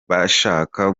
bashaka